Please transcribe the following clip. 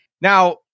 Now